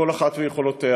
כל אחת ויכולותיה,